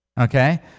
Okay